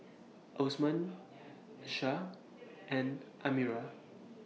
Osman Syah and Amirah